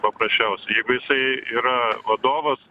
paprasčiausiai jeigu jisai yra vadovas